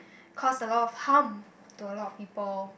cause a lot of harm to a lot people